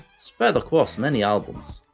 spread across many albums.